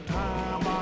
time